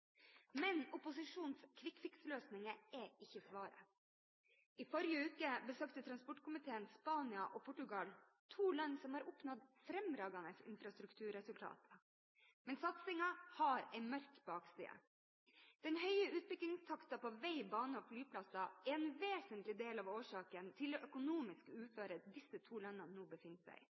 Men opposisjonens «quick fix»-løsninger er ikke svaret. I forrige uke besøkte transportkomiteen Spania og Portugal, to land som har oppnådd fremragende infrastrukturresultater. Men satsingen har en mørk bakside. Den høye utbyggingstakten på vei, bane og flyplasser er en vesentlig del av årsaken til det økonomiske uføret disse to landene nå befinner seg